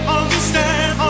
understand